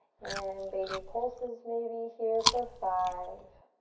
and baby pulses maybe here for five.